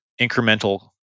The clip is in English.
incremental